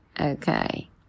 Okay